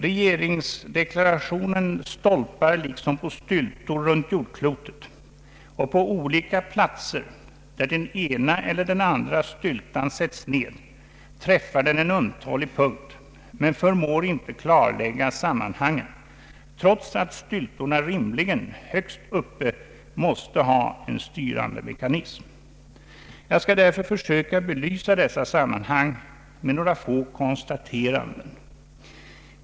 Regeringsdeklarationen stolpar liksom på styltor runt jordklotet, och på olika platser där den ena eller den andra styltan sätts ned träffar den en ömtålig punkt men förmår inte klarlägga sammanhangen, trots att styltorna rimligen högst upp måste ha en styrande mekanism. Jag skall därför söka belysa dessa sammanhang med några få konstateranden.